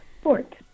sport